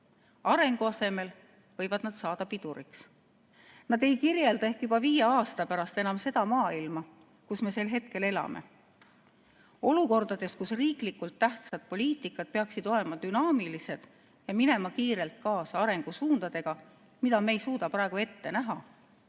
arengu asemel võivad nad saada piduriks. Nad ei kirjelda ehk juba viie aasta pärast enam seda maailma, kus me sel hetkel elame. Olukordades, kus riiklikult tähtsad poliitikasuunad peaksid olema dünaamilised ja minema kiirelt kaasa arengusuundadega, mida me ei suuda praegu ette näha,